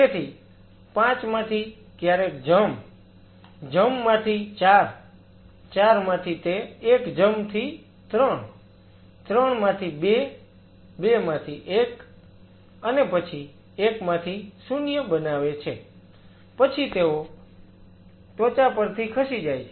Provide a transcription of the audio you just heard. તેથી 5 માંથી ક્યારેક જર્મ જર્મ માંથી 4 4 માંથી તે 1 જર્મ થી 3 3 માંથી 2 2 માંથી 1 અને પછી 1 માંથી 0 બનાવે છે પછી તેઓ ત્વચા પરથી ખસી જાય છે